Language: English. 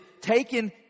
taken